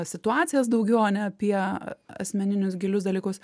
situacijas daugiau o ne apie asmeninius gilius dalykus